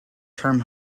term